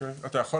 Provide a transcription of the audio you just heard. יש שם